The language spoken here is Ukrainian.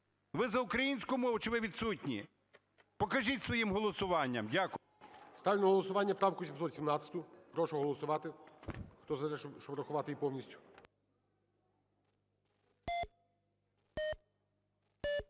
ви за українську мову чи ви відсутні? Покажіть своїм голосуванням. Дякую. ГОЛОВУЮЧИЙ. Ставлю на голосування правку 717. Прошу голосувати, хто за те, щоби врахувати її повністю.